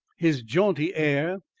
his jaunty air,